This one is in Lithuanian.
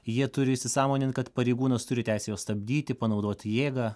jie turi įsisąmonint kad pareigūnas turi teisę stabdyti panaudoti jėgą